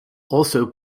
also